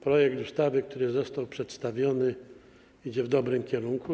Projekt ustawy, który został przedstawiony, idzie w dobrym kierunku.